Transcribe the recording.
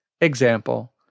Example